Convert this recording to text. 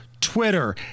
Twitter